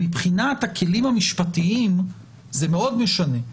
מבחינת הכלים המשפטיים זה מאוד משנה,